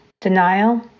denial